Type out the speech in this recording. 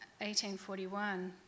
1841